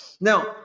Now